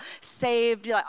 Saved